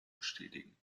bestätigen